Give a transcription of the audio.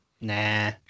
Nah